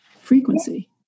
frequency